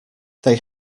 they